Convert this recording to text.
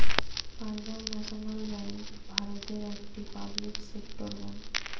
Punjab national bank ভারতের একটি public sector bank